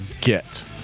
get